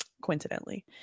coincidentally